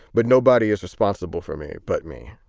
but nobody is responsible for me but me